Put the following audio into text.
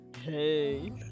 Hey